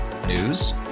News